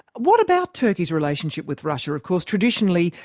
what about turkey's relationship with russia. of course, traditionally,